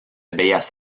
bellas